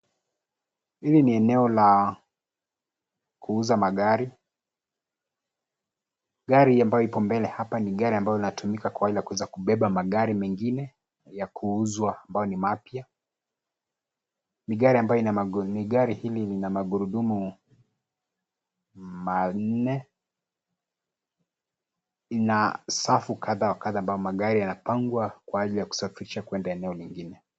Hili ni eneo la, kuuza magari. Gari ambayo iko mbele hapa ni gari ambayo inayotumika kwa ajili ya kuweza kubeba magari mengine ya kuuzwa ambayo ni mapya. Ni gari ambayo ina magu, ni gari hili lina magurudumu, manne. Ina safu kadha wa kadha ambayo magari yanapangwa kwa ajiri ya kusafirisha kwenda eneo lingine.